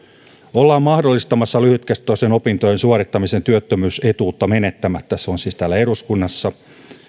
olemme mahdollistamassa lyhytkestoisten opintojen suorittamisen työttömyysetuutta menettämättä se on siis täällä eduskunnassa